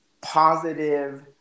positive